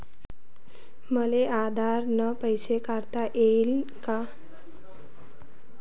मले आधार न पैसे काढता येईन का?